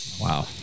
wow